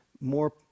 more